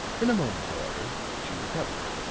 in a moment, however, she recovered.